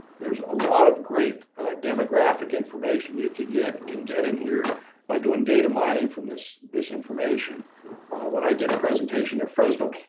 there's a lot of great demographic information, you can get can get in here by doing data mining from this this information when i did a presentation in fresno,